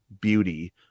beauty